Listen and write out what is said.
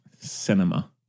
Cinema